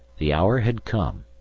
the hour had come,